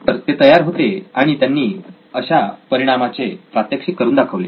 तर ते तयार होते आणि त्यांनी अशा परिणामाचे प्रात्यक्षिक करून दाखवले